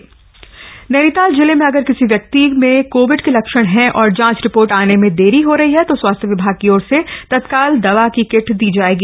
Nainital DM Nainital जिले में अगर किसी व्यक्ति में कोविड के लक्षण है और जांच रिपोर्ट आने में देर हो रही है तो स्वास्थ्य विभाग की ओर से तत्काल दवा की किट दी जाएगी